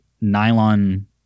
nylon